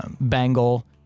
bangle